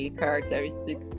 characteristic